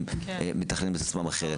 מתכננים את עצמם אחרת.